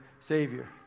Savior